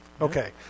Okay